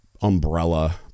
umbrella